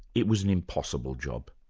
it was an impossible job.